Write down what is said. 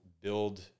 build